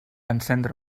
encendre